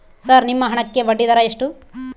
Sir ನಿಮ್ಮ ಹಣಕ್ಕೆ ಬಡ್ಡಿದರ ಎಷ್ಟು?